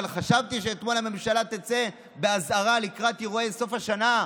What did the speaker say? חשבתי שאתמול הממשלה תצא באזהרה לקראת אירועי סוף השנה,